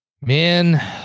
Man